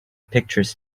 pictures